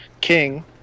King